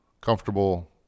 comfortable